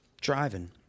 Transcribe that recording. driving